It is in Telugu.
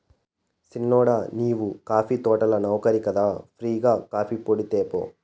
సిన్నోడా నీవు కాఫీ తోటల నౌకరి కదా ఫ్రీ గా కాఫీపొడి తేపో